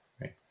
right